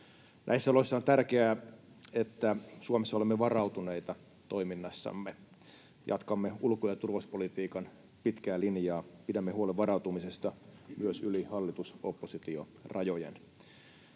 Näissä oloissa on tärkeää, että Suomessa olemme varautuneita toiminnassamme. Jatkamme ulko- ja turvallisuuspolitiikan pitkää linjaa, pidämme huolen varautumisesta myös yli hallitus—oppositio-rajojen.